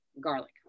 garlic